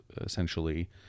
essentially